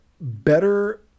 better